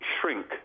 shrink